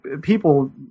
people